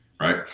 right